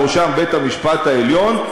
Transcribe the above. בראשם בית-המשפט העליון,